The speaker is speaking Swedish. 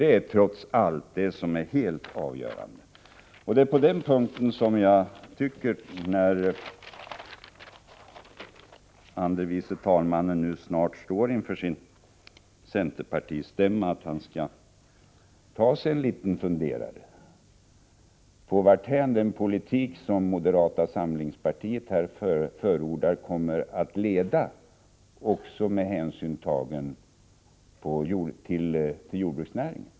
Det är trots allt det som är helt avgörande. När andre vice talmannen nu snart står inför sin centerpartistämma tycker jag att han skall ta sig en funderare över varthän den politik som moderata samlingspartiet förordar kommer att leda, också med hänsyn tagen till jordbruksnäringen.